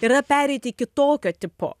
ir yra pereiti į kitokio tipo